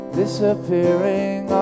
disappearing